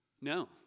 No